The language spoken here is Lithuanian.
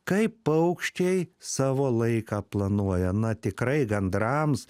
kaip paukščiai savo laiką planuoja na tikrai gandrams